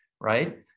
right